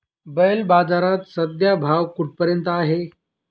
बैल बाजारात सध्या भाव कुठपर्यंत आहे?